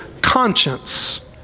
conscience